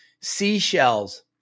seashells